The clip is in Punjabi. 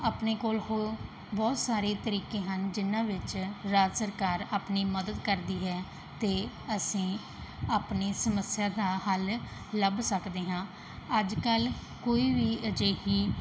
ਆਪਣੇ ਕੋਲ ਹੋਰ ਬਹੁਤ ਸਾਰੇ ਤਰੀਕੇ ਹਨ ਜਿਹਨਾਂ ਵਿੱਚ ਰਾਜ ਸਰਕਾਰ ਆਪਣੀ ਮਦਦ ਕਰਦੀ ਹੈ ਅਤੇ ਅਸੀਂ ਆਪਣੀ ਸਮੱਸਿਆ ਦਾ ਹੱਲ ਲੱਭ ਸਕਦੇ ਹਾਂ ਅੱਜ ਕੱਲ੍ਹ ਕੋਈ ਵੀ ਅਜਿਹੀ